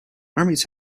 armies